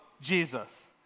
Jesus